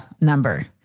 Number